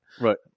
Right